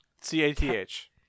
C-A-T-H